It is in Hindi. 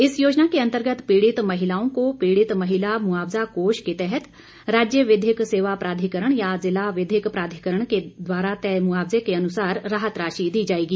इस योजना के अंतर्गत पीड़ित महिलाओं को पीड़ित महिला मुआवजा कोष के तहत राज्य विधिक सेवा प्राधिकरण या जिला विधिक प्राधिकरण द्वारा तय मुआवजे के अनुसार राहत राशि दी जाएगी